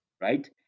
Right